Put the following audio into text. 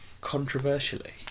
controversially